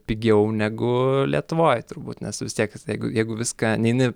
pigiau negu lietuvoj turbūt nes vis tiek jeigu jeigu viską neini